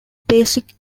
basic